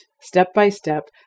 step-by-step